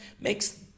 makes